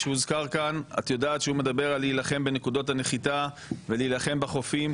את יודעת שהוא מדבר על להילחם בנקודות הנחיתה ולהילחם בחופים,